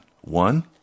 One